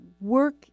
work